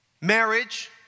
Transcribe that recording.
marriage